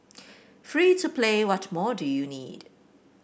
free to play what more do you need